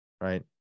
right